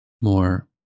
More